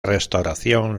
restauración